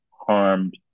harmed